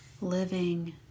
living